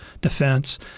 defense